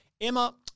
Emma